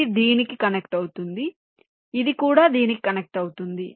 ఇది దీనికి కనెక్ట్ అవుతుంది ఇది కూడా దీనికి కనెక్ట్ అవుతుంది